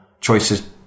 choices